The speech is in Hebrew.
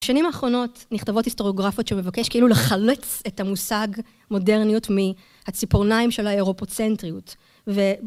בשנים האחרונות נכתבות היסטוריוגרפיות שמבקש כאילו לחלץ את המושג מודרניות מהציפורניים של האירופוצנטריות.